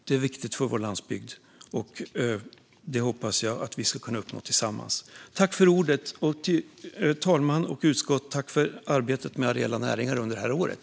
Det är viktigt för vår landsbygd, och det hoppas jag att vi ska kunna uppnå tillsammans. Till talmannen och utskottet: Tack för arbetet med areella näringar under det här året!